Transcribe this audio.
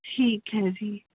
ਠੀਕ ਹੈ ਜੀ